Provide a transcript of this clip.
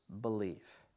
belief